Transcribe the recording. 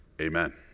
Amen